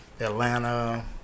Atlanta